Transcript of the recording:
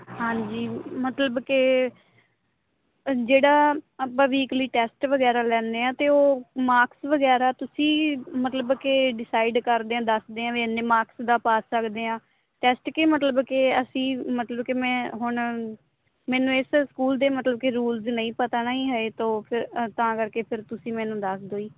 ਹਾਂਜੀ ਮਤਲਬ ਕਿ ਜਿਹੜਾ ਆਪਾਂ ਵੀਕਲੀ ਟੈਸਟ ਵਗੈਰਾ ਲੈਨੇ ਆਂ ਤੇ ਉਹ ਮਾਕਸ ਵਗੈਰਾ ਤੁਸੀਂ ਮਤਲਬ ਕਿ ਡਿਸਾਈਡ ਕਰਦੇ ਆਂ ਦੱਸਦੇ ਆਂ ਵੀ ਐਨੇ ਮਾਕਸ ਦਾ ਪਾ ਸਕਦੇ ਆਂ ਟੈਸਟ ਕੇ ਮਤਲਬ ਕਿ ਸੀ ਮਤਲਬ ਕਿ ਮੈਂ ਹੁਣ ਮੈਨੂੰ ਇਸ ਸਕੂਲ ਦੇ ਮਤਲਬ ਕਿ ਰੂਲਜ ਨਹੀਂ ਪਤਾ ਨੀ ਜੀ ਹੈਗੇ ਤੋ ਫਿਰ ਤਾਂ ਕਰਕੇ ਫੇਰ ਤੁਸੀਂ ਮੈਨੂੰ ਦੱਸ ਦੋ ਜੀ